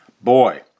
Boy